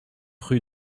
rue